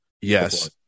Yes